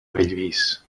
bellvís